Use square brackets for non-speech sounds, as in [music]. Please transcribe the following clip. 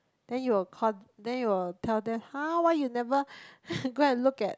then you will call then you will tell them !huh! why you never [breath] go and look at